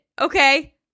Okay